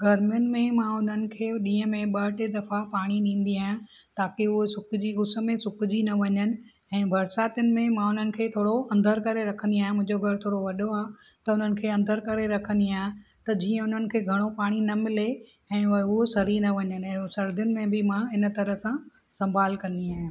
गर्मीयुनि में मां उन्हनि खे ॾींहं में ॿ टे दफ़ा पाणी ॾींदी आहियां ताक़ी उहो सुकिजी उस में सुकिजी न वञनि ऐं बरिसातुनि में माण्हुनि खे थोरो अंदरि करे रखंदी आहियां मुंहिंजो घरु थोरो वॾो आहे त उन्हनि खें अंदरि करे रखंदी आहियां त जीअं उन्हनि खे घणो पाणी न मिले ऐं उहा उहे सड़ी न वञनि ऐं ओ सर्दीयुनि में बि मां इन तरह सां संभालु कंदी आहियां